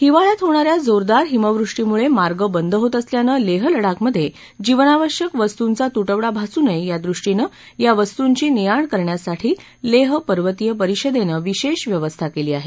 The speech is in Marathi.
हिवाळ्यात होणाऱ्या जोरदार हिमवृष्टीमुळे मार्ग बंद होत असल्यानं लेह लडाखमधे जीवनावश्यक वस्तूंचा तुटवडा भासू नये यादृष्टीनं या वस्तूंची ने आण करण्यासाठी लेह पर्वतीय परिषदेनं विशेष व्यवस्था केली आहे